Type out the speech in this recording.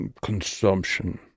consumption